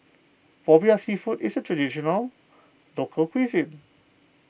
Popiah Seafood is a Traditional Local Cuisine